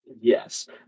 Yes